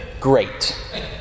Great